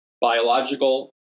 biological